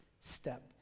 step